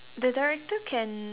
the director can